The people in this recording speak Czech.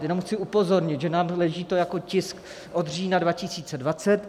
Jenom chci upozornit, že nám to leží jako tisk od října 2020.